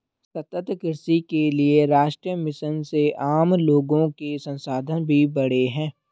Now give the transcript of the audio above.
सतत कृषि के लिए राष्ट्रीय मिशन से आम लोगो के संसाधन भी बढ़े है